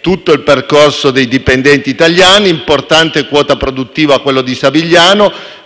tutto il percorso dei dipendenti italiani (importante è la quota produttiva dello stabilimento